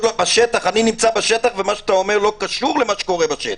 אני נמצא בשטח ומה שאתה אומר לא קשור למה שקורה בשטח.